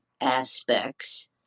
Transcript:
aspects